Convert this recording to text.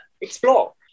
explore